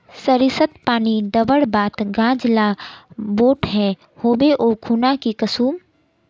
सरिसत पानी दवर बात गाज ला बोट है होबे ओ खुना की करूम?